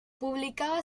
publicaba